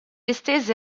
estese